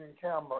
camera